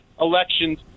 elections